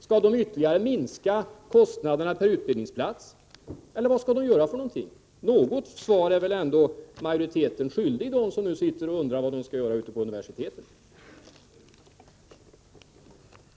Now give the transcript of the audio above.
Skall de ytterligare minska kostnaderna per utbildningsplats, eller vad skall de göra? Något svar är väl ändå majoriteten skyldig dem som sitter ute på universiteten och undrar vad de skall göra!